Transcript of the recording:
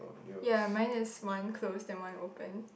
ya mine is one close and one open